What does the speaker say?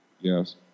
Yes